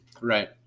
Right